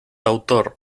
autor